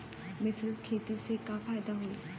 मिश्रित खेती से का फायदा होई?